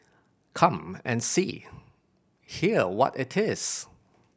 come and see hear what it is